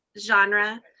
genre